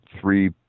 three